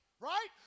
Right